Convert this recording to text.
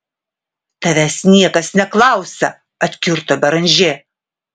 tavęs niekas neklausia atkirto beranžė